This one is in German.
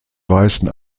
weißen